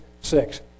six